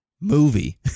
movie